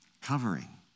covering